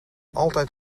altijd